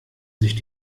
sich